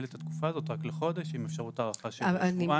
את התקופה הזאת רק לחודש עם אפשרות הארכה של שבועיים.